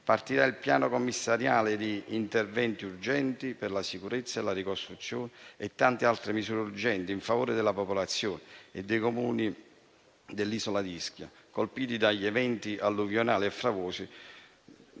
partirà il piano commissariale di interventi urgenti per la sicurezza e la ricostruzione e ci saranno tante altre misure urgenti in favore della popolazione e dei Comuni dell'isola di Ischia colpiti dagli eventi alluvionali e franosità